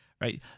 right